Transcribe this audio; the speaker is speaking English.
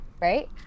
Right